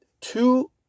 two